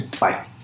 Bye